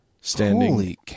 standing